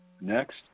Next